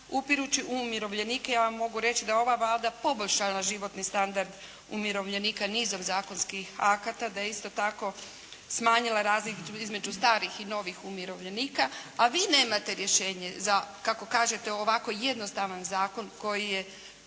upirući u umirovljenike. Ja vam mogu reći da je ova Vlada poboljšala životni standard umirovljenika nizom zakonskih akata. Da je isto tako smanjila razliku između starih i novih umirovljenika, a vi nemate rješenje za kako kažete ovako jednostavan zakon koji ste